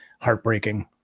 heartbreaking